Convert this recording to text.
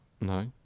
No